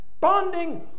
bonding